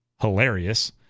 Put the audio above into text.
hilarious